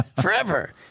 forever